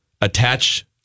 attach